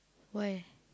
why